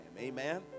Amen